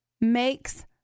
makes